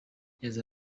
yagize